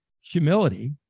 humility